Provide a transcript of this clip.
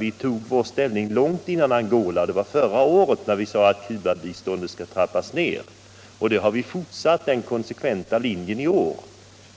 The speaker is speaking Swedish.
Vi tog ställning långt före händelserna i Angola. Det var förra året vi sade att Cubabiståndet skall trappas ner. Den konsekventa linjen har vi fortsatt i år.